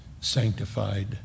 sanctified